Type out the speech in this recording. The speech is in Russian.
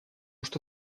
что